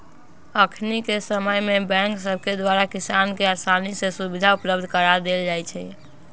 अखनिके समय में बैंक सभके द्वारा किसानों के असानी से सुभीधा उपलब्ध करा देल जाइ छइ